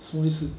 什么意思